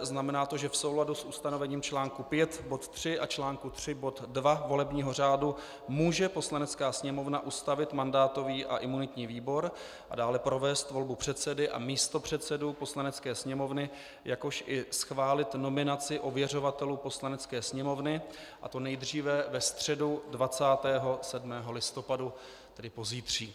Znamená to, že v souladu s ustanovením článku 5 bod 3 a článku 3 bod 2 volebního řádu může Poslanecká sněmovna ustavit mandátový a imunitní výbor a dále provést volbu předsedy a místopředsedů Poslanecké sněmovny, jakož i schválit nominaci ověřovatelů Poslanecké sněmovny, a to nejdříve ve středu 27. listopadu, tedy pozítří.